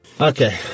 Okay